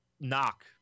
knock